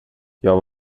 jag